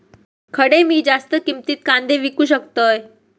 खडे मी जास्त किमतीत कांदे विकू शकतय?